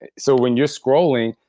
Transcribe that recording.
and so when you're scrolling,